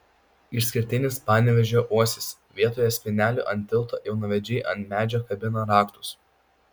išskirtinis panevėžio uosis vietoje spynelių ant tilto jaunavedžiai ant medžio kabina raktus